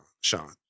Sean